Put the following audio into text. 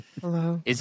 hello